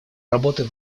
работы